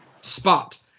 spot